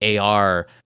AR